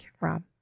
Rob